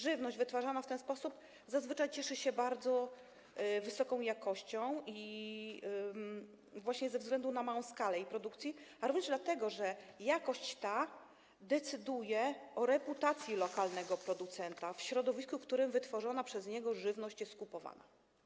Żywność wytwarzana w ten sposób zazwyczaj ma bardzo wysoką jakość właśnie ze względu na małą skalę jej produkcji, ale również dlatego, że jakość ta decyduje o reputacji lokalnego producenta w środowisku, w którym wytworzona przez niego żywność jest kupowana.